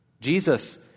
Jesus